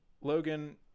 Logan